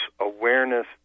awareness